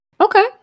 Okay